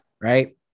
right